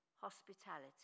hospitality